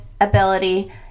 ability